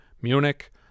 munich